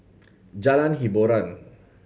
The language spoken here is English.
Jalan Hiboran